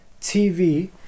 TV